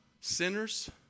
Sinners